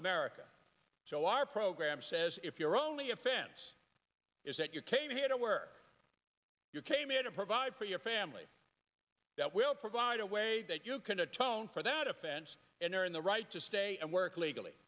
america so our program says if your only offense is that you came here to work you came in to provide for your family that will provide a way that you can atone for that offense and they're in the right to stay and work legally